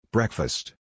Breakfast